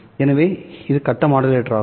எனவே இது கட்ட மாடுலேட்டராகும்